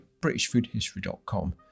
britishfoodhistory.com